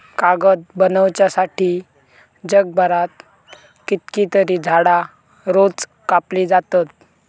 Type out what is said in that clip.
कागद बनवच्यासाठी जगभरात कितकीतरी झाडां रोज कापली जातत